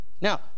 now